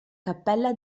cappella